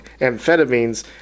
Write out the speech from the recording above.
amphetamines